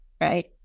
right